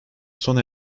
sona